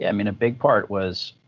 i mean, a big part was